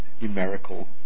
numerical